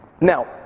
Now